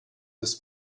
this